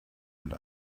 und